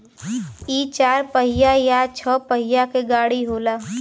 इ चार पहिया या छह पहिया के गाड़ी होला